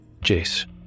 Jace